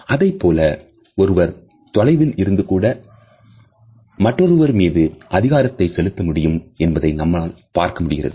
அதைப்போல ஒருவர் தொலைவில் இருந்து கூட மற்றொருவர் மீது அதிகாரத்தை செலுத்த முடியும் என்பதை நம்மால் பார்க்க முடிகிறது